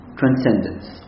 transcendence